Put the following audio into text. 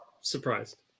surprised